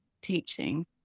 teaching